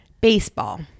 Baseball